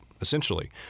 essentially